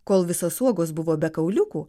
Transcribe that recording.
kol visos uogos buvo be kauliukų